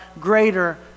greater